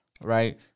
right